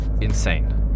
insane